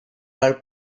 her